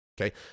Okay